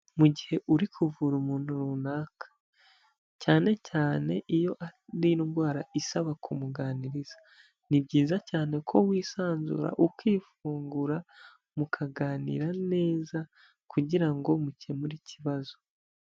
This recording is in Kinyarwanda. Mu gihe uri kuvura umuntu runaka. Cyane cyane iyo ari indwara isaba kumuganiriza. Ni byiza cyane ko wisanzura ukifungura mukaganira neza kugira ngo mukemure ikibazo.